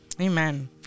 Amen